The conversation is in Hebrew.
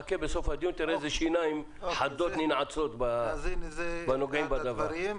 חכה לסוף הדיון ותראה איזה שיניים חדות ננעצות בנוגעים בדבר.